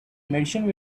merchants